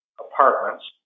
apartments